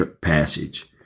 passage